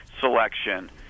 selection